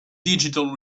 digital